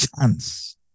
chance